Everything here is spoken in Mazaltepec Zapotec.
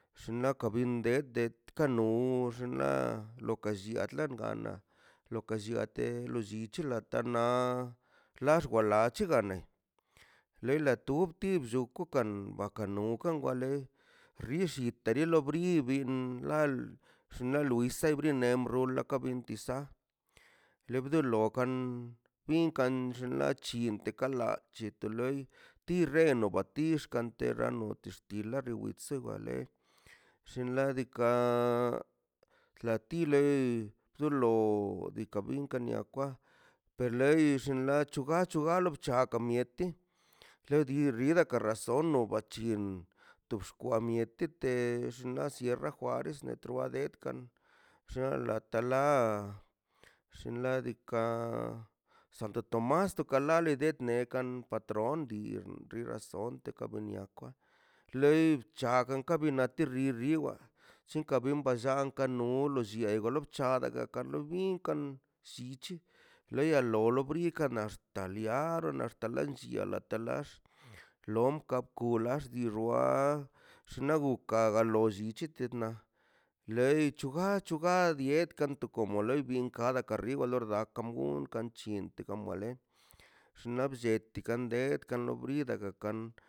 Xṉaꞌ ka bin de dek kan no xnaꞌ lo ka llia tlangana lo ka nllia de lolli c̱he ḻa tarnaꞌ laxgo lachixganeꞌ ḻe ḻa tub ti blluu kukan bakaꞌ no kan waḻe xilli tedi lo bribi mḻa xnaꞌ luise brine mbro la ka binsa ḻe bden lo kan inkan xinche kaḻa c̱hete ḻei tirreno batix kante rrano tex ti ḻa guxtzé waḻe xllin ḻa deka ḻa ti ḻe dolo bika binka nia kwa per ḻei xllin ḻachuga chugalo bchaga miete redi rida ka razono bachin tox xkwa miete de la sierra juarez netrua de kan sheḻa ta ḻa llin ḻa diikaꞌ santo tomas tokaḻa ḻe de nekan patron dii xrazon teka be nia kwa ḻei chakan ka ben nia ka ben- ben riwa shinka benba llan karnu lo llie logo bachada' ga kada lo binkan llich ḻea ḻo ḻo brikaꞌ naꞌ ax̱ta liaa naxta ḻom ka kulars dii xoa xnaꞌ guka galo llichichtt naꞌ ḻei chuga chuga dieka tu komo leibin kada karriba lo rda kamun kachintə gambua ḻe llxnaꞌ blleti kan de kan nobri dagag kan